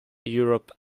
europe